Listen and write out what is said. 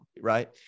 right